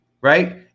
right